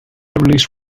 released